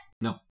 No